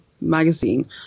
magazine